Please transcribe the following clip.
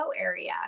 area